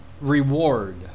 reward